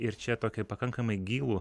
ir čia tokį pakankamai gyvų